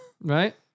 right